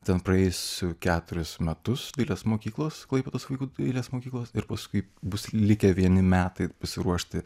ten praėjusiu keturis metus dailės mokyklos klaipėdos vaikų dailės mokyklos ir paskui bus likę vieni metai pasiruošti